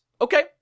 Okay